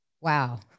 Wow